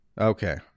Okay